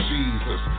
Jesus